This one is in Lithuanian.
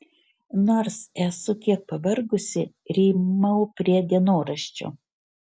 nors esu kiek pavargusi rymau prie dienoraščio